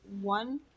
one